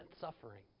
suffering